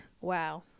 Wow